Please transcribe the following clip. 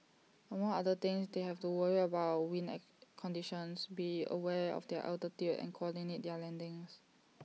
among other things they have to worry about wind conditions be aware of their altitude and coordinate their landings